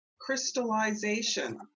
crystallization